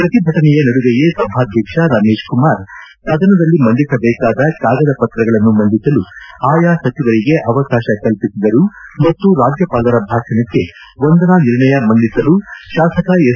ಪ್ರತಿಭಟನೆಯ ನಡುವೆಯೇ ಸಭಾಧ್ವಕ್ಷ ರಮೇಶ್ ಕುಮಾರ್ ಸದನದಲ್ಲಿ ಮಂಡಿಸಬೇಕಾದ ಕಾಗದ ಪತ್ರಗಳನ್ನು ಮಂಡಿಸಲು ಆಯಾ ಸಚಿವರಿಗೆ ಅವಕಾಶ ಕಲ್ಪಿಸಿದರು ಮತ್ತು ರಾಜ್ಜಪಾಲರ ಭಾಷಣಕ್ಕೆ ವಂದನಾ ನಿರ್ಣಯ ಮಂಡಿಸಲು ಶಾಸಕ ಎಸ್